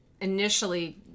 initially